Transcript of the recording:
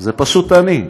זה פשוט אני.